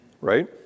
right